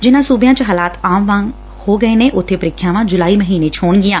ਜਿਨ੍ਹਾਂ ਸੂਬਿਆਂ ਚ ਹਾਲਾਤ ਆਮ ਵਰਗੇ ਹੋ ਸੱਕਦੇ ਨੇ ਊਬੇ ਪ੍ਰੀਖਿਆਵਾਂ ਜੁਲਾਈ ਮਹੀਨੇ ਚ ਹੋਣਗੀਆਂ